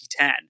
2010